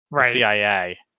CIA